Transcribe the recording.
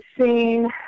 seen